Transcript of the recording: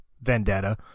vendetta